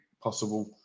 possible